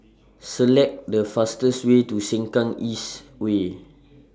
Select The fastest Way to Sengkang East Way